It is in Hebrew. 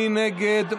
מי נגד?